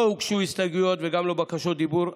לא הוגשו הסתייגויות וגם לא בקשות דיבור.